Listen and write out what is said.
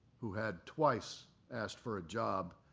who had twice asked for a job,